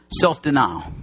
self-denial